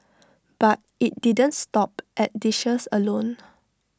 but IT didn't stop at dishes alone